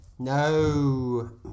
No